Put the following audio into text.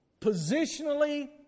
positionally